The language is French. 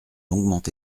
longuement